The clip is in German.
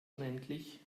unendlich